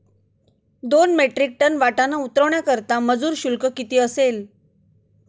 दोन metric tonne वाटाणा उतरवण्याकरता मजूर शुल्क किती असेल?